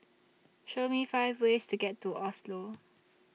Show Me five ways to get to Oslo